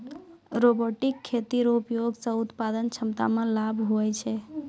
robotic खेती रो उपयोग से उत्पादन क्षमता मे लाभ हुवै छै